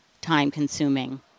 time-consuming